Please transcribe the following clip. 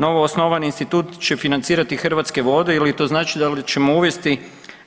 Novoosnovani institut će financirati Hrvatske vode, je li to znači da li ćemo uvesti